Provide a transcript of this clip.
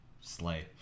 Slay